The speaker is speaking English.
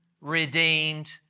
redeemed